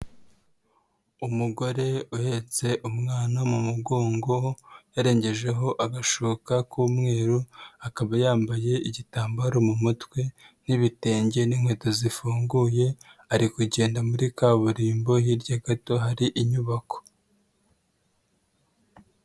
Umugore uhetse umwana mu mugongo, yarengejeho agashuka k'umweru, akaba yambaye igitambaro mu mutwe n'ibitenge n'inkweto zifunguye, ari kugenda muri kaburimbo, hirya gato hari inyubako.